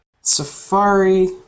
Safari